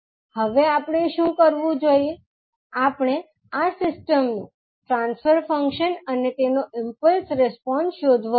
હવે આપણે શું કરવું જોઈએ આપણે આ સિસ્ટમનું ટ્રાન્સફર ફંક્શન અને તેનો ઈમ્પલ્સ રિસ્પોન્સ શોધવો પડશે